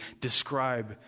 describe